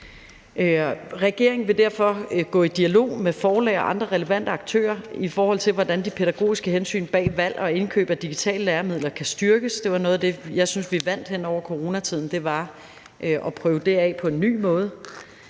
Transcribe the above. Regeringen vil derfor gå i dialog med forlag og andre relevante aktører, i forhold til hvordan de pædagogiske hensyn bag valg og indkøb af digitale læremidler kan styrkes. Noget af det, jeg synes vi vandt hen over coronatiden, var at få prøvet det af på en ny måde.